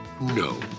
No